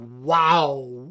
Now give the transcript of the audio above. wow